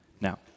Now